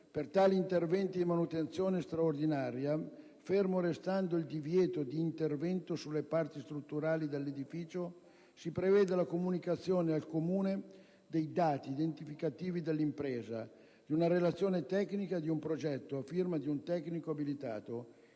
Per tali interventi di manutenzione straordinaria, fermo restando il divieto di intervento sulle parti strutturali dell'edificio, si prevede la comunicazione al Comune dei dati identificativi dell'impresa, di una relazione tecnica e di un progetto a firma di un tecnico abilitato,